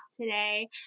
today